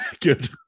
Good